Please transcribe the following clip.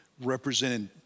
represented